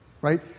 Right